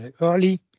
early